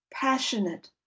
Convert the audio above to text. passionate